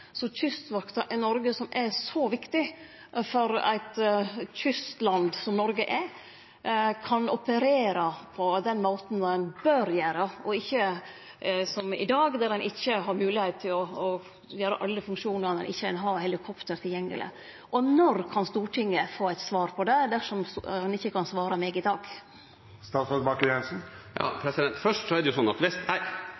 som er så viktig for eit kystland som det Noreg er, kan operere på den måten ein bør gjere – og ikkje som i dag, der ein ikkje har moglegheit til å gjere alle funksjonar når ein ikkje har helikopter tilgjengeleg. Og når kan Stortinget få eit svar på det, dersom han ikkje kan svare meg i